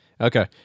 okay